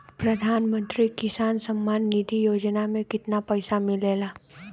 प्रधान मंत्री किसान सम्मान निधि योजना में कितना पैसा मिलेला?